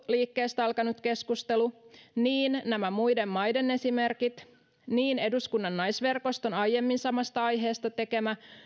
liikkeestä alkanut keskustelu niin nämä muiden maiden esimerkit niin eduskunnan naisverkoston aiemmin samasta aiheesta tekemä